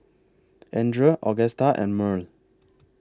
Andrea Agusta and Murl